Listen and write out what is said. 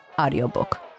audiobook